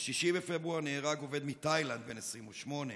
ב-6 בפברואר נהרג עובד מתאילנד, בן 28,